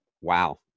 Wow